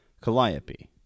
Calliope